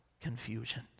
confusion